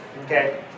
Okay